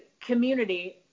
community